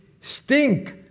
stink